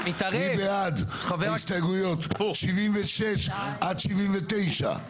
מי בעד ההסתייגויות 76 עד 79?